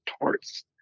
torts